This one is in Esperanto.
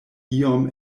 iom